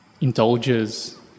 indulges